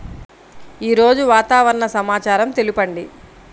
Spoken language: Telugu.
ఈరోజు వాతావరణ సమాచారం తెలుపండి